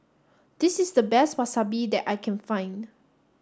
this is the best Wasabi that I can find